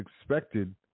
expected